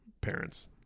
parents